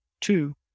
Two